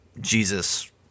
Jesus